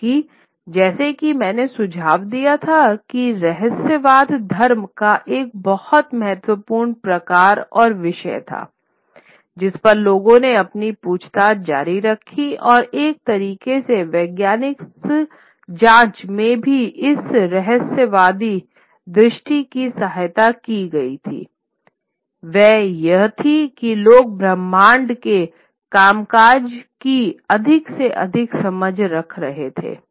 क्योंकि जैसा कि मैंने सुझाव दिया था कि रहस्यवाद धर्म का एक बहुत महत्वपूर्ण प्रकार और विषय था जिस पर लोगों ने अपनी पूछताछ जारी रखी और एक तरीके से वैज्ञानिक जाँच में भी इस रहस्यवादी दृष्टि की सहायता की गई थी वह यह थी कि लोग ब्रह्मांड के कामकाज की अधिक से अधिक समझ देख रहे थे